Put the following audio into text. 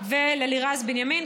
וללירז בנימין,